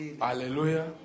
hallelujah